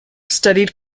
studied